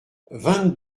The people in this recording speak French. vingt